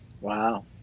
Wow